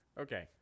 Okay